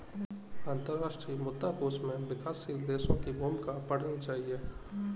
अंतर्राष्ट्रीय मुद्रा कोष में विकासशील देशों की भूमिका पढ़नी चाहिए